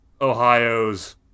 Ohio's